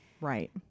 right